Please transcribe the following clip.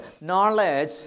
Knowledge